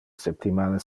septimana